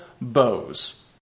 bows